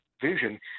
vision